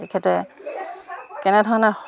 তেখেতে কেনেধৰণে